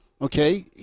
okay